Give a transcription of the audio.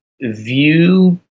view